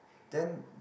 then